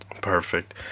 Perfect